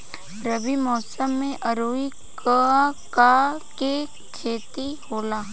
रबी मौसम में आऊर का का के खेती होला?